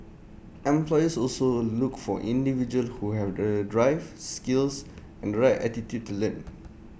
employers also look for individuals who have the drive skills and the right attitude to learn